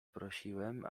prosiłem